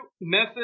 method